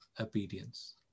obedience